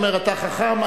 הוא אומר: אתה חכם,